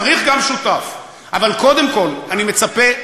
צריך גם שותף, אבל קודם כול אני מצפה,